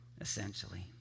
essentially